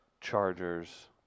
Chargers